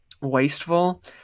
wasteful